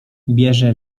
bierze